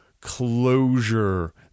closure